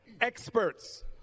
experts